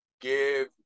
give